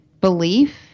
belief